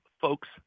folks